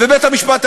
אז אי-אפשר יהיה?